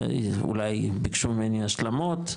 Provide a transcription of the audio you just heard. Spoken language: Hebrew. אולי הם ביקשו ממני השלמות,